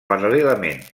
paral·lelament